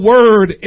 Word